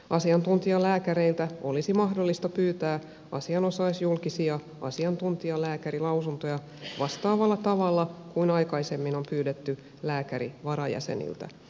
asiantuntijalääkäreiltä olisi mahdollista pyytää asianosaisjulkisia asiantuntijalääkärilausuntoja vastaavalla tavalla kuin aikaisemmin on pyydetty lääkärivarajäseniltä